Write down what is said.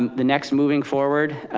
the next moving forward,